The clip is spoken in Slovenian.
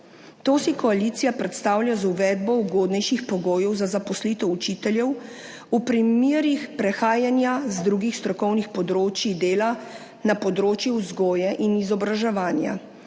To si koalicija predstavlja z uvedbo ugodnejših pogojev za zaposlitev učiteljev v primerih prehajanja z drugih strokovnih področij dela na področju vzgoje in izobraževanja.